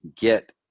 get